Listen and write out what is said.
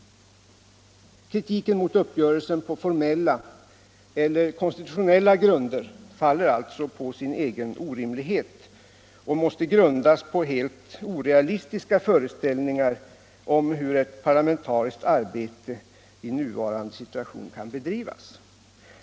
Kritiken mot uppgörelsen på formella eller konstitutionella grunder faller alltså på sin egen orimlighet och måste grundas på helt orealistiska föreställningar om hur ett parlamentariskt arbete i nuvarande situation kan bedrivas.